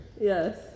Yes